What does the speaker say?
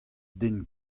den